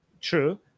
true